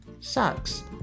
Sucks